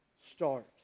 start